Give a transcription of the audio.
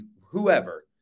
whoever